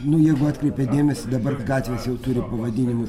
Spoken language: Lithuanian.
nu jeigu atkreipėt dėmesį dabar gatvės jau turi pavadinimus